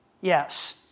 Yes